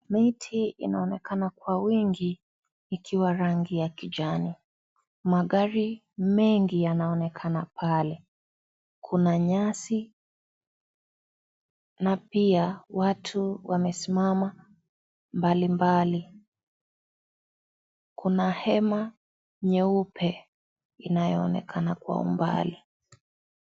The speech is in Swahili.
Miti inaonekana kwa wingi ikiwa rangi ya kijani ,magari mengi yanaonekana pale , kuna nyasi na pia watu wamesimama mbalimbali kuna hema nyeupe inayoonekana kwa umbali.